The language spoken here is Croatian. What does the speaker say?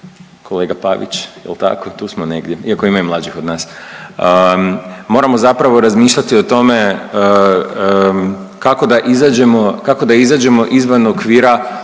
kolega Pavić jel tako tu smo negdje iako ima i mlađih od nas, moramo zapravo razmišljati o tome kako da izađemo, kako da